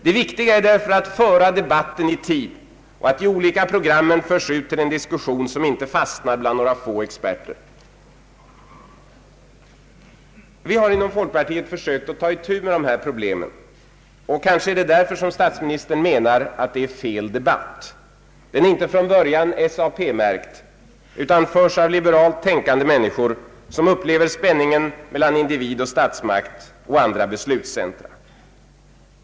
Det viktiga är därför att föra debatten i tid och att de olika programmen förs ut till en diskussion som inte fastnar bland några få experter. Vi har inom folkpartiet försökt ta itu med de här problemen och kanske är det därför som statsministern menar att det är fel debatt; den är inte från början SAP-märkt utan förs av liberalt tänkande människor som upplever spänningen mellan individ och statsmakt och andra beslutscentra.